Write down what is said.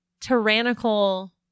tyrannical